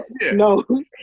no